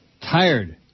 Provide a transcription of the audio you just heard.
tired